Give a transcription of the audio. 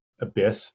abyss